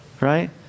right